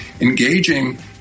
engaging